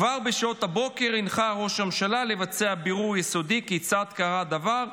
כבר בשעות הבוקר הנחה ראש הממשלה לבצע בירור יסודי כיצד קרה הדבר.